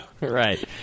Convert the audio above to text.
Right